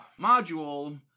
module